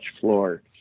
floor